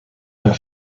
her